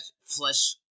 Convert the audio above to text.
flesh